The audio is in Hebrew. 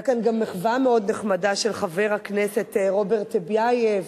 היתה כאן גם מחווה מאוד נחמדה של חבר הכנסת רוברט טיבייב,